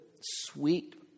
sweet